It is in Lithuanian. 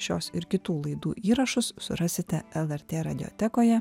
šios ir kitų laidų įrašus surasite lrt radiotekoje